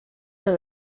that